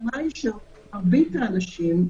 המגמה היא שמרבית האנשים,